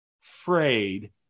frayed